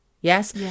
Yes